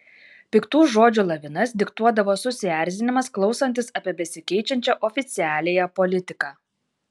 piktų žodžių lavinas diktuodavo susierzinimas klausantis apie besikeičiančią oficialiąją politiką